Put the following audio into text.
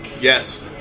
Yes